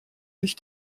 nicht